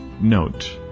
Note